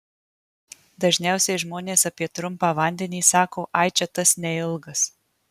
dažniausiai žmonės apie trumpą vandenį sako ai čia tas neilgas